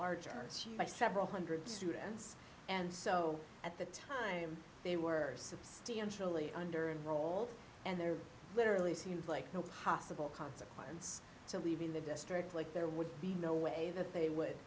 larger by several one hundred students and so at the time they were substantially under and roll and there literally seemed like no possible consequence to leaving the district like there would be no way that they would